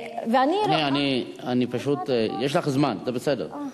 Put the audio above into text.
יש לך זמן, זה בסדר.